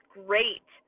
great